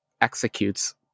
executes